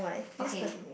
okay